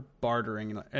bartering